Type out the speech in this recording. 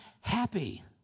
happy